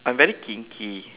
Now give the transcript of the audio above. I'm very kinky